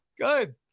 Good